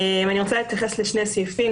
אני רוצה להתייחס לשני סעיפים,